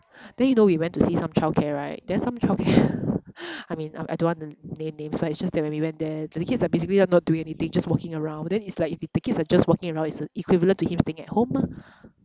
then you know we went to see some childcare right then some childcare I mean I I don't want to name names but it's just that when we went there the kids are basically not doing anything just walking around then it's like if the kids are just walking around it's equivalent to him staying at home mah